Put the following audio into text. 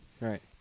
Right